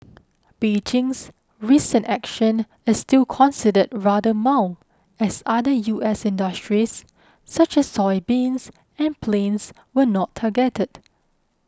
Beijing's recent action is still considered rather mild as other U S industries such as soybeans and planes were not targeted